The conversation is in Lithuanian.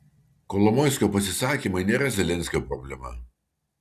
kolomoiskio pasisakymai nėra zelenskio problema